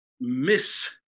miss